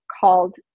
called